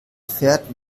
fährt